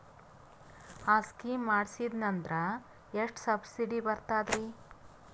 ಆ ಸ್ಕೀಮ ಮಾಡ್ಸೀದ್ನಂದರ ಎಷ್ಟ ಸಬ್ಸಿಡಿ ಬರ್ತಾದ್ರೀ?